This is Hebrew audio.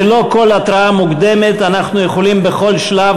ללא כל התראה מוקדמת אנחנו יכולים בכל שלב